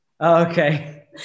Okay